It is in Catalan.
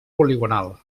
poligonal